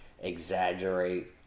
exaggerate